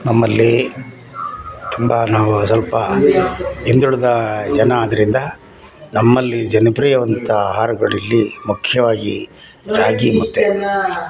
ನಮ್ಮಲ್ಲಿ ತುಂಬ ನಾವು ಸ್ವಲ್ಪ ಹಿಂದುಳಿದ ಜನ ಆದ್ದರಿಂದ ನಮ್ಮಲ್ಲಿ ಜನಪ್ರಿಯವಾದಂಥ ಆಹಾರಗಳಿಲ್ಲಿ ಮುಖ್ಯವಾಗಿ ರಾಗಿ ಮುದ್ದೆ